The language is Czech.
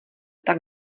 tak